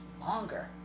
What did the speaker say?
longer